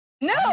No